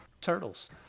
turtles